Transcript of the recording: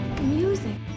music